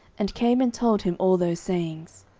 and came and told him all those sayings.